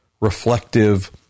reflective